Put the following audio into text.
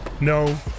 No